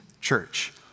church